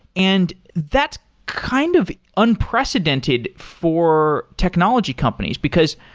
and that's kind of unprecedented for technology companies. because,